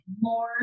more